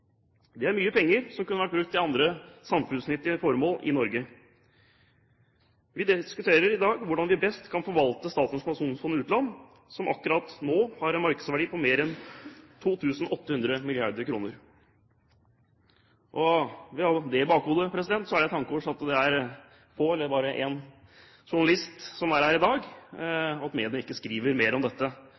Det er mye penger, som kunne vært brukt til andre samfunnsnyttige formål i Norge. Vi diskuterer i dag hvordan vi best kan forvalte Statens pensjonsfond utland, som akkurat nå har en markedsverdi på mer enn 2 800 mrd. kr. Ved å ha det i bakhodet er det et tankekors at det er få journalister, eller bare én, som er her i dag, og at media ikke skriver mer om dette.